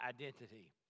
identity